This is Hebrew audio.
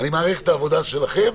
אני מעריך את העבודה שלכם.